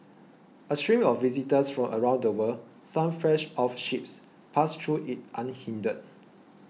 a stream of visitors from around the world some fresh off ships passed through it unhindered